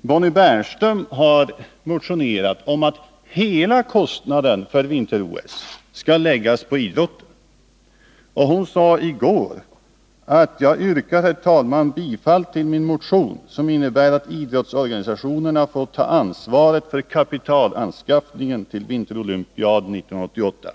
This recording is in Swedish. Bonnie Bernström har motionerat att hela kostnaden för vinter-OS skall läggas på idrotten, och hon sade i går att hon yrkade bifall till sin motion, som innebär att idrottsorganisationerna får ta ansvaret för kapitalanskaffningen till vinterolympiaden 1988.